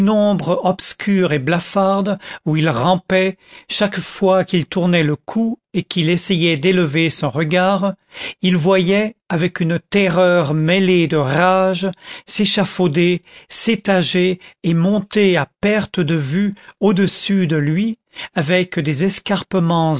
pénombre obscure et blafarde où il rampait chaque fois qu'il tournait le cou et qu'il essayait d'élever son regard il voyait avec une terreur mêlée de rage s'échafauder s'étager et monter à perte de vue au-dessus de lui avec des